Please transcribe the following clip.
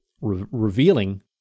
revealing